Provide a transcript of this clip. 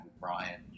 brian